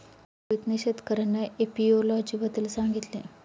मोहितने शेतकर्यांना एपियोलॉजी बद्दल सांगितले